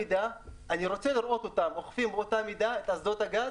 אני רוצה לראות אותם אוכפים באותה מידה את אסדות הגז,